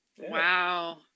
wow